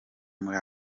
muri